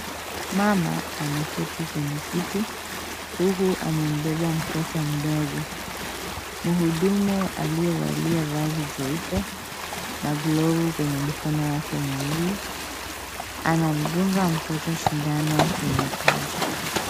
Mama ameketi kwenye kiti, huku amembeba mtoto mdogo. Muhudumu aliyevalia vazi jeupe na glovu kwenye mikono yake miwili, anamdunga mtoto sindano kwenye paja.